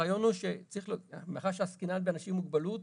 הרעיון שהוא שמאחר שעסקינן באנשים עם מוגבלות